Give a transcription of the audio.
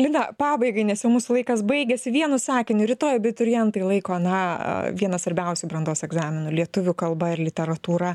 lina pabaigai nes jau mūsų laikas baigiasi vienu sakiniu rytoj abiturientai laiko na vieną svarbiausių brandos egzaminų lietuvių kalba ir literatūra